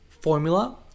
formula